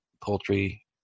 poultry